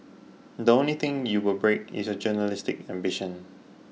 the only thing you will break is your journalistic ambition